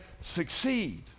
succeed